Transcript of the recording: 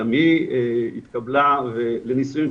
גם היא התקבלה לנישואין,